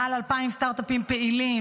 מעל 2,000 סטרטאפים פעילים,